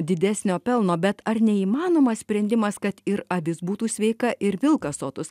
didesnio pelno bet ar neįmanomas sprendimas kad ir avis būtų sveika ir vilkas sotus